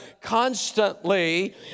constantly